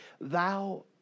thou